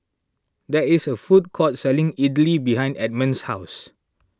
there is a food court selling Idili behind Edmon's house